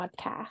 podcast